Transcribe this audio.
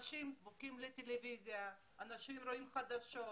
אנשים דבוקים לטלוויזיה, אנשים רואים חדשות.